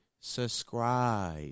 Subscribe